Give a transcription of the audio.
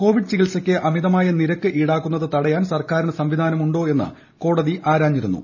Covid ചികിത്സയ്ക്ക് അമിതമായ നിരക്ക് ഈടാക്കുന്നത് തടയാൻ സർക്കാരിന് സംവിധാനമുണ്ടോ എന്ന് കോടതി ആരാഞ്ഞിരുന്നു